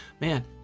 man